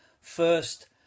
first